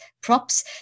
props